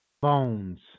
Bones